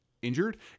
Injured